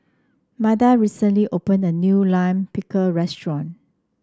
Matia recently opened a new Lime Pickle restaurant